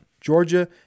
Georgia